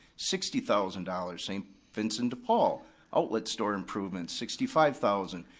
sixty thousand dollars. saint vincent de paul outlet store improvement, sixty five thousand.